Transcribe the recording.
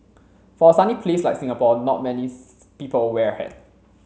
for a sunny place like Singapore not many people wear a hat